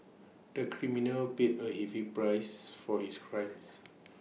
the criminal paid A heavy price for his crimes